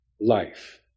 Life